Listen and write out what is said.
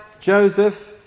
Joseph